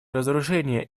разоружение